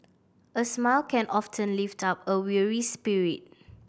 a smile can often lift up a weary spirit